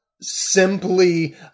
simply